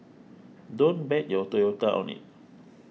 don't bet your Toyota on it